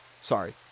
Sorry